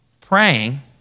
praying